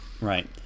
Right